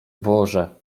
boże